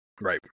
right